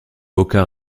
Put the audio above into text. boca